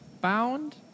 bound